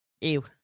ew